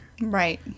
Right